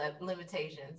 limitations